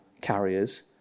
carriers